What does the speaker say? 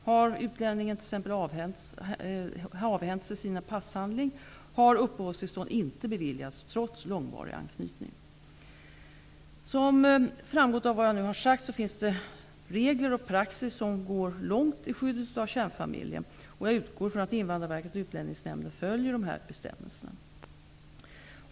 Har utlänningen t.ex. avhänt sig sin passhandling har uppehållstillstånd inte beviljats trots långvarig anknytning. Som framgått av vad jag nu har sagt finns det regler och praxis som går långt i skyddet av kärnfamiljen. Jag utgår från att Invandrarverket och Utlänningsnämnden följer dessa bestämmelser.